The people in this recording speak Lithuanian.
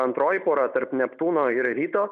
antroji pora tarp neptūno ir ryto